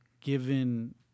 given